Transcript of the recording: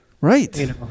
Right